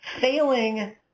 failing